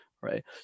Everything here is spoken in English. right